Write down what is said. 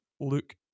look